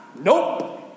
Nope